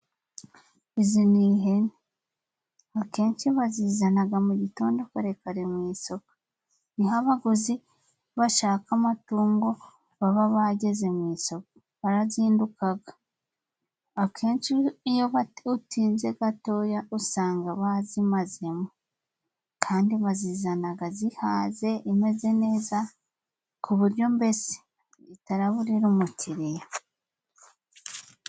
Izi ni ihene. Akenshi bazizana mu gitondo kare kare mu isoko. Ni ho abaguzi bashaka amatungo baba baziguze. Barazinduka akenshi, iyo utinze gatoya usanga bazimaze. Kandi bazizana zihaze, zimeze neza, ku buryo mbese zitaraburira umukiriya.